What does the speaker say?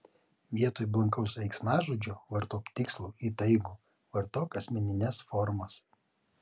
vietoj blankaus veiksmažodžio vartok tikslų įtaigų vartok asmenines formas